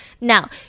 Now